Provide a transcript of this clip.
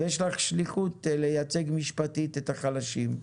ויש לך שליחות לייצג משפטית את החלשים.